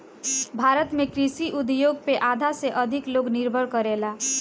भारत में कृषि उद्योग पे आधा से अधिक लोग निर्भर करेला